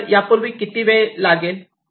तर यापूर्वी किती वेळ लागेल